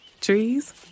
Trees